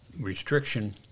Restriction